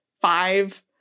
five